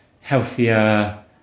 healthier